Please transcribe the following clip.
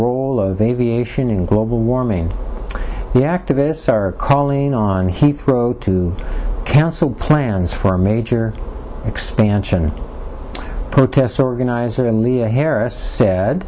role of aviation in global warming the activists are calling on heathrow to cancel plans for a major expansion protest organizer and leah harris sa